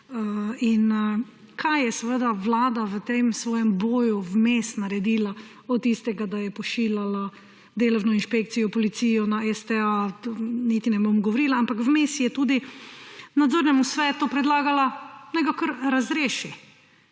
Kaj je seveda vlada v tem svojem boju vmes naredila, od tistega, da je pošiljala delovno inšpekcijo policijo na STA, niti ne bom govorila. Ampak vmes je tudi nadzornemu svetu predlagala naj ga kar razreši.